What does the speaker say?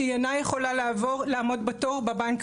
שהיא אינה יכולה לעמוד בתור בבנק